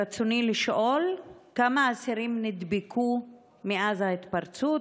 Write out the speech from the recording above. ברצוני לשאול: 1. כמה אסירים נדבקו מאז ההתפרצות?